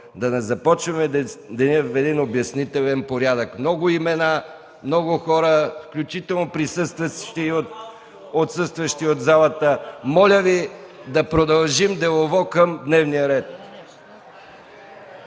да не започваме деня в един обяснителен порядък. Много имена, много хора, включително отсъстващи от залата… Моля Ви да продължим делово по дневния ред.